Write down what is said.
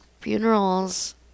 funerals